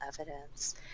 evidence